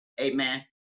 Amen